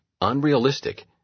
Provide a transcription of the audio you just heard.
unrealistic